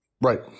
Right